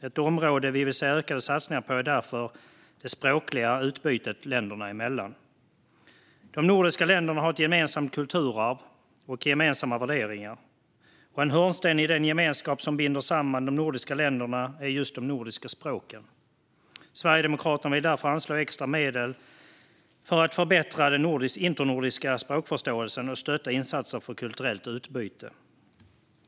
Ett område vi vill se ökade satsningar på är därför det språkliga utbytet länderna emellan. De nordiska länderna har ett gemensamt kulturarv och gemensamma värderingar. Och en hörnsten i den gemenskap som binder samman de nordiska länderna är just de nordiska språken. Sverigedemokraterna vill därför anslå extra medel för att förbättra den internordiska språkförståelsen och stötta insatser för kulturellt utbyte.